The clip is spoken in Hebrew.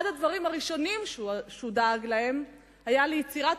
אחד הדברים הראשונים שהוא דאג להם היה יצירת